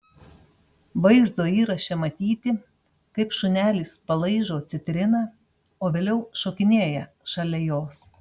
vaizdo įraše matyti kaip šunelis palaižo citriną o vėliau šokinėja šalia jos